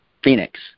phoenix